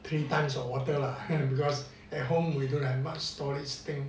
three times of water lah because at home we don't have much storage thing